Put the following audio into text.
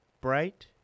bright